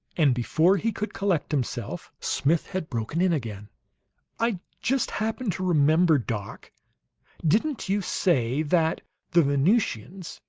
and before he could collect himself smith had broken in again i just happened to remember, doc didn't you say that the venusians,